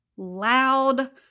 loud